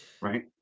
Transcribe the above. right